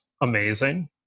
amazing